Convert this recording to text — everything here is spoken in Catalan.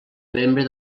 membre